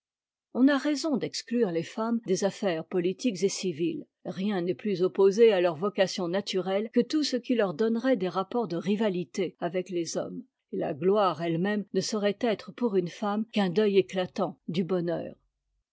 on a raison d'exclure es femmes des affaires politiques èt civiles rien n'est plus opposé à leur vocation naturelle que tout ce qui leur donnerait des rapports de rivalité avec les hommes et la gloire elle-même ne saurait être pour une femme qu'un deuil éclatant du bonheur